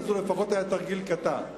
אז הוא לפחות היה תרגיל קטן,